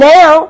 Now